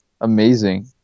amazing